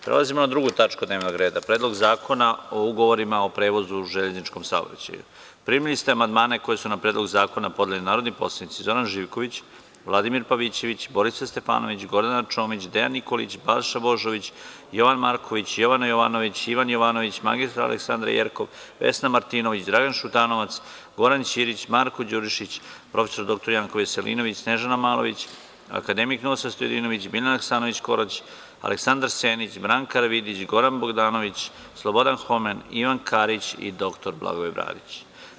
Prelazimo na 2. tačku dnevnog reda – PREDLOG ZAKONA O UGOVORIMA O PREVOZU U ŽELEZNIČKOM SAOBRAĆAJU Primili ste amandmane koje su na Predlog zakona podneli narodni poslanici: Zoran Živković, Vladimir Pavićević, Borislav Stefanović, Gordana Čomić, Dejan Nikolić, Balša Božović, Jovan Marković, Jovana Jovanović, Ivan Jovanović, mr Aleksandra Jerkov, Vesna Martinović, Dragan Šutanovac, Goran Ćirić, Marko Đurišić, prof. dr Janko Veselinović, Snežana Malović, akademik Ninoslav Stojadinović, Biljana Hasanović Korać, Aleksandar Senić, Branka Karavidić, Goran Bogdanović, Slobodan Homen, Ivan Karić i dr Blagoje Bradić.